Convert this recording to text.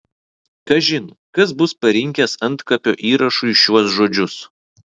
kažin kas bus parinkęs antkapio įrašui šiuos žodžius